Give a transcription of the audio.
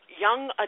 young